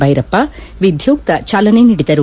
ಬೈರಪ್ಪ ವಿಧ್ಯುಕ್ತ ಚಾಲನೆ ನೀಡಿದರು